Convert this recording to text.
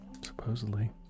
Supposedly